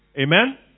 Amen